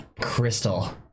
crystal